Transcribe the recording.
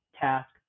task